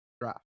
Draft